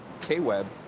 K-Web